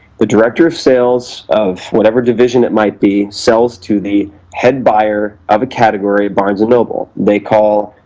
the director of sales of whatever division it might be sells to the head buyer of a category, barnes and noble. they call,